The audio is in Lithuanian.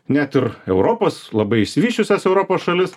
net ir europos labai išsivysčiusias europos šalis